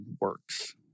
works